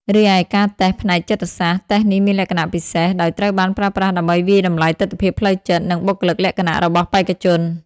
រីឯការតេស្តផ្នែកចិត្តសាស្ត្រ តេស្តនេះមានលក្ខណៈពិសេស ដោយត្រូវបានប្រើប្រាស់ដើម្បីវាយតម្លៃទិដ្ឋភាពផ្លូវចិត្ត និងបុគ្គលិកលក្ខណៈរបស់បេក្ខជន។